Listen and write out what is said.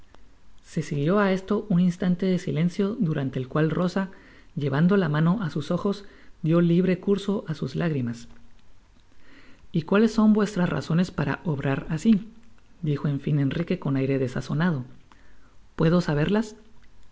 se siguió á esto un instante de silencio durante el cual rosa llevando la mano á sus ojos dio libre curso á sus lágrimas y cuáles son vuestras razones para obrar asi dijo en fin enrique con aire desazonado puedo saberlas sin